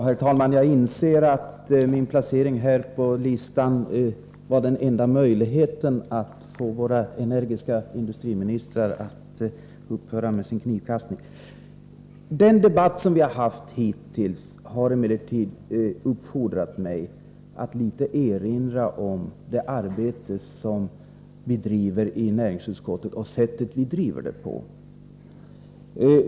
Herr talman! Jag insåg att enda möjligheten att få våra energiska industriministrar att upphöra med sin knivkastning var att jag satte upp mig på talarlistan. Den debatt som vi har haft hittills har uppfordrat mig att något litet erinra om det arbete som vi bedriver i näringsutskottet och om det sätt på vilket vi bedriver arbetet.